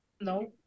No